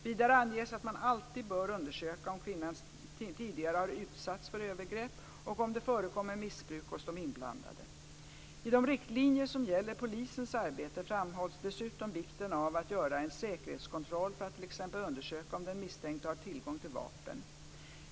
Vidare anges att man alltid bör undersöka om kvinnan tidigare har utsatts för övergrepp och om det förekommer missbruk hos de inblandade. I de riktlinjer som gäller polisens arbete framhålls dessutom vikten av att man gör en säkerhetskontroll för att t.ex. undersöka om den misstänkte har tillgång till vapen.